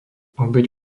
obeť